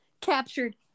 captured